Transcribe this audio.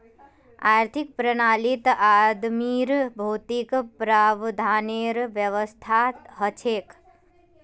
आर्थिक प्रणालीत आदमीर भौतिक प्रावधानेर व्यवस्था हछेक